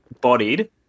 bodied